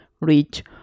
reach